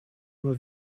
immer